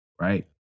right